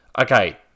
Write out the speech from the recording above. okay